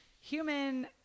human